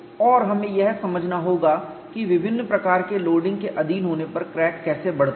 और हमें यह समझना होगा कि विभिन्न प्रकार के लोडिंग के अधीन होने पर क्रैक कैसे बढ़ता है